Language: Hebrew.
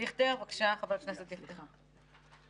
נו, אז אפשר גם להתאפק, לא קרה כלום.